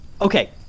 Okay